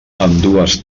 ambdues